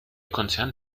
konzern